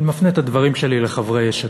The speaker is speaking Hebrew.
אני מפנה את הדברים שלי לחברי יש עתיד.